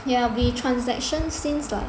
ya we transaction since like